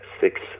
six